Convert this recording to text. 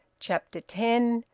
chapter ten.